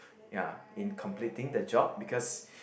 ya in completing the job because